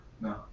no